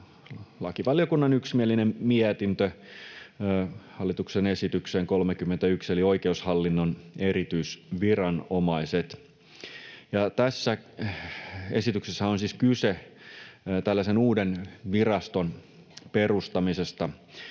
lakivaliokunnan yksimielinen mietintö hallituksen esitykseen 31 eli Oikeushallinnon erityisviranomaiset. Tässä esityksessähän on siis kyse tällaisen uuden viraston perustamisesta,